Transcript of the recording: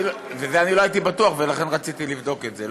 לא הייתי בטוח ולכן רציתי לבדוק את זה,